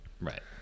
right